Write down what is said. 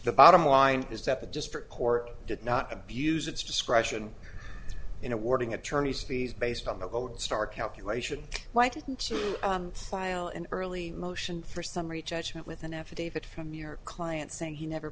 the bottom line is that the district court did not abuse its discretion in awarding attorneys fees based on the vote starr calculation why didn't you file an early motion for summary judgment with an affidavit from your client saying he never